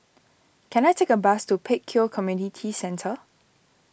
can I take a bus to Pek Kio Community Centre